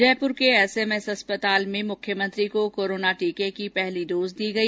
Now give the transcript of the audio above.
जयपुर के एसएमएस अस्पताल में मुख्यमंत्री को कोरोना टीके की पहली डोज दी गई